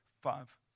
five